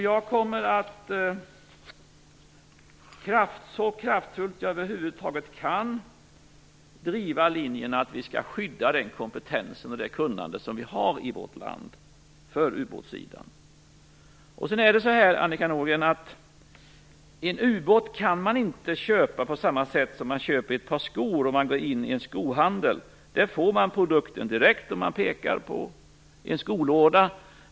Jag kommer att så kraftfullt jag över huvud taget kan driva linjen att vi skall skydda den kompetens och det kunnande som vi har i vårt land på ubåtssidan. Det är så, Annika Nordgren, att en ubåt kan man inte köpa på samma sätt som man köper ett par skor när man går in i en skohandel. Där får man produkten direkt om man pekar på en skolåda.